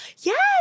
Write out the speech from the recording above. Yes